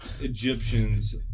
Egyptians